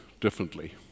differently